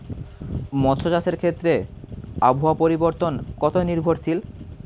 মৎস্য চাষের ক্ষেত্রে আবহাওয়া পরিবর্তন কত নির্ভরশীল?